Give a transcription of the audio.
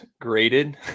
graded